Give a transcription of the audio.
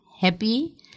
happy